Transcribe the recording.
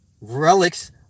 relics